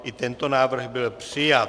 I tento návrh byl přijat.